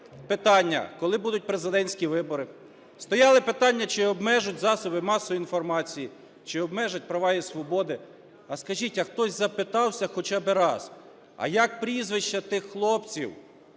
питання, коли будуть президентські вибори? Стояли питання, чи обмежать засоби масової інформації, чи обмежать права і свободи? А скажіть, а хтось запитався хоча би раз, а як прізвища тих хлопців,